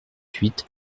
huit